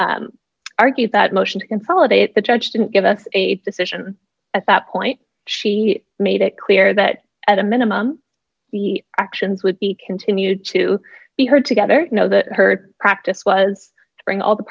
argued that motion to consolidate the judge didn't give us a decision at that point she made it clear that at a minimum the actions would be continued to be heard together know that her practice was to bring all the